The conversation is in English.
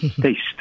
taste